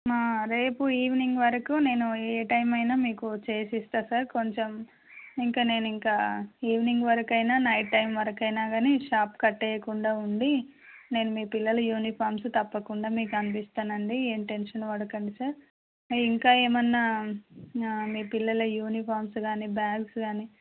మా రేపు ఈవినింగ్ వరకు నేను ఏ టైమ్ అయినా మీకు చేసి ఇస్తా సార్ కొంచెం ఇంకా నేను ఇంకా ఈవినింగ్ వరకు అయినా నైట్ టైమ్ వరకు అయినా గానీ షాప్ కటేయకుండా ఉండి నేను మీ పిల్లలు యూనిఫామ్స్ తప్పకుండా మీకు అందిస్తాను అండి ఏం టెన్షన్ పడకండి సార్ ఇంకా ఏమన్నా మీ పిల్లల యూనిఫామ్స్ గానీ బ్యాగ్స్ గానీ